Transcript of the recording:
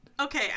okay